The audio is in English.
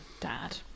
dad